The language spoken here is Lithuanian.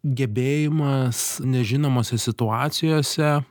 gebėjimas nežinomose situacijose